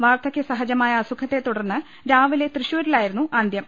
വാർധക്യസ ഹജമായ അസുഖത്തെ തുടർന്ന് രാവിലെ തൃശൂരിലായിരുന്നു അന്ത്യം